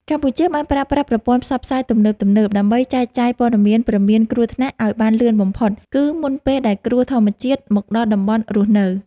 កម្ពុជាបានប្រើប្រាស់ប្រព័ន្ធផ្សព្វផ្សាយទំនើបៗ ដើម្បីចែកចាយព័ត៌មានព្រមានគ្រោះថ្នាក់ឱ្យបានលឿនបំផុត គឺមុនពេលដែលគ្រោះធម្មជាតិមកដល់តំបន់រស់នៅ។